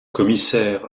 commissaire